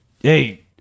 hey